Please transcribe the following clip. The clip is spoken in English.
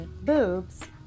boobs